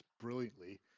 brilliantly